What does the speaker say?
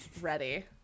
ready